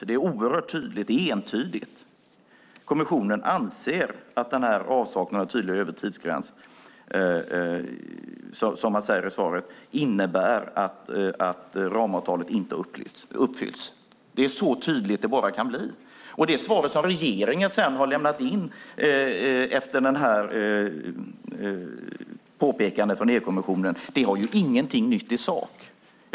Det är oerhört tydligt och entydigt. Kommissionen anser att denna avsaknad av tydlig övre tidsgräns innebär, som man säger i svaret, att ramavtalet inte uppfylls. Det är så tydligt som det kan bli. Det svar som regeringen sedan har lämnat in efter detta påpekande från EU-kommissionen innehåller ingenting nytt i sak.